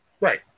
Right